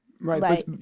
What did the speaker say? right